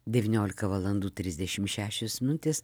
devyniolika valandų trisdešimt šešios minutės